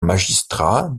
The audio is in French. magistrat